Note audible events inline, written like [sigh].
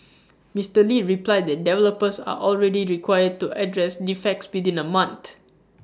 [noise] Mister lee replied that developers are already required to address defects within A month